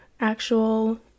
actual